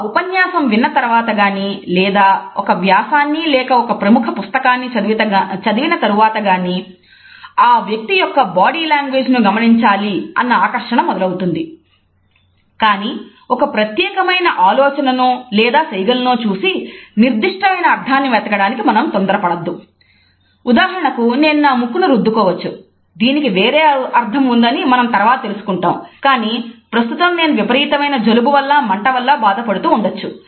ఒక ఉపన్యాసం విన్న తరువాత గాని లేదా ఒక వ్యాసాన్ని లేక ఒక ప్రముఖ పుస్తకాన్ని చదివిన తరువాత గానీ ఆ వ్యక్తి యొక్క బాడీ లాంగ్వేజ్ ను గమనించాలి అన్న ఆకర్షణఉదాహరణకు నేను నా ముక్కును రుద్దుకోవచ్చు దీనికి వేరే అర్థం ఉందని మనం తరువాత తెలుసుకుంటాం కానీ ప్రస్తుతం నేను విపరీతమైన జలుబు వల్ల మంట వల్ల బాధపడుతూ ఉండొచ్చు